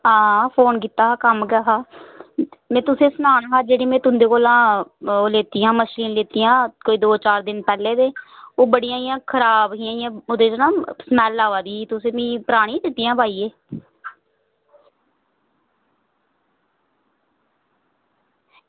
हां फोन कीता हा कम्म गै ऐ हा में तुसें ई सनान हा जेह्ड़ी में तुं'दे कोला ओह् लेतियां मच्छियां लेतियां कोई दो चार दिन पैह्लें ते ओह् बड़ियां इ'यां खराब हियां इ'यां ओह्दे चा ना स्मैल्ल आवा दी ही तुसें मिगी परानियां दित्तियां हियां पाइयै